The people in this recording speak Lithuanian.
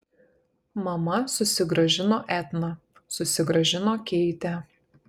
mama susigrąžino etną susigrąžino keitę